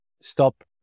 stop